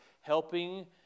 helping